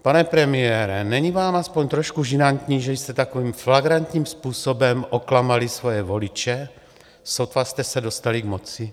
Pane premiére, není vám aspoň trošku žinantní, že jste takovým flagrantním způsobem oklamali svoje voliče, sotva jste se dostali k moci?